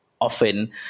often